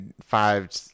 five